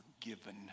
forgiven